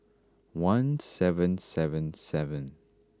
one seven seven seven